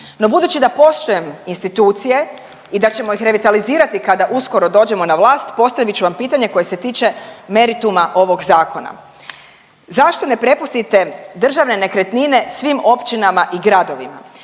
No budući da poštujem institucije i da ćemo ih revitalizirati kada uskoro dođemo na vlast, postavit ću vam pitanje koje se tiče merituma ovog zakona. Zašto ne prepustite državne nekretnine svim općinama i gradovima